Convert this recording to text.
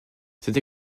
cette